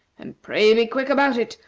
and pray be quick about it,